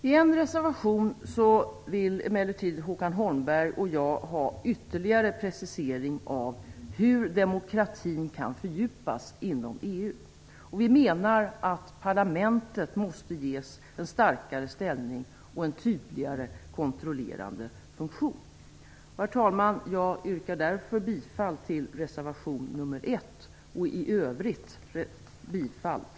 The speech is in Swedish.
I en reservation vill emellertid Håkan Holmberg och jag ha ytterligare precisering av hur demokratin kan fördjupas inom EU. Vi menar att parlamentet måste ges en starkare ställning och en tydligare kontrollerande funktion. Herr talman! Jag yrkar bifall till reservation nr 1